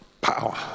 power